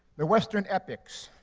the western epics.